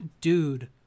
dude